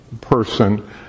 person